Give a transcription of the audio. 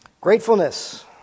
Gratefulness